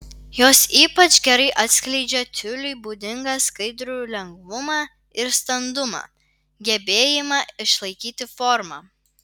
jos ypač gerai atskleidžia tiuliui būdingą skaidrų lengvumą ir standumą gebėjimą išlaikyti formą